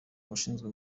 bashinzwe